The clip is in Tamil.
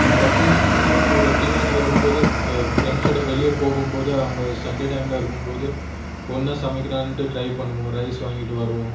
அதுக்கு அப்புறம் இன்னும் ஒரு டீனேஜ் வரும் போது ஃப்ரெண்ட்ஸோடு வெளியே போகும் போது அவங்க சண்டே டைமில் இருக்கும் போது ஒன்னா சமைக்கலாம்னு ட்ரை பண்ணுவோம் ரைஸ் வாங்கிட்டு வருவோம்